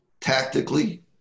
tactically